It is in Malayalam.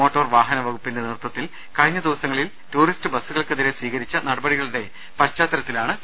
മോട്ടോർവാഹന വകുപ്പിന്റെ നേതൃത്വത്തിൽ കഴിഞ്ഞ ദിവസങ്ങളിൽ ടൂറിസ്റ്റ്ബസുകൾക്കെതിരെ സ്ഥീകരിച്ച നടപടികളുടെ പശ്ചാത്തലത്തിലാണ് കൂടികാഴ്ച